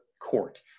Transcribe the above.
court